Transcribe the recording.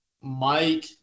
Mike